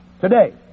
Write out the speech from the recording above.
today